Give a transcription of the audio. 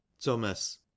thomas